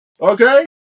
okay